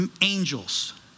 angels